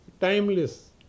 timeless